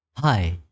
Hi